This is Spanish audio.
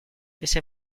ese